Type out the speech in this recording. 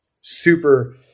Super